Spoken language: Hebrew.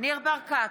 ניר ברקת,